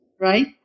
right